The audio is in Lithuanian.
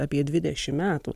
apie dvidešim metų